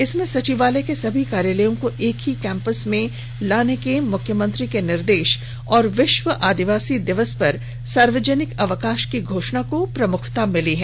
इसमें सचिवालय के सभी कार्यालयों को एक ही कैंपस में लाने के मुख्यमंत्री के निर्देश और विश्व आदिवासी दिवस पर सार्वजनिक अवकाश की घोषणा को प्रमुखता से प्रकाशित किया है